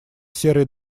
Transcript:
серой